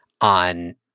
on